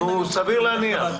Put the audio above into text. סביר להניח.